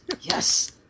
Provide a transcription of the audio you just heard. Yes